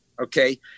okay